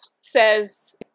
says